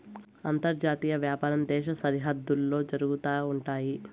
అంతర్జాతీయ వ్యాపారం దేశ సరిహద్దుల్లో జరుగుతా ఉంటయి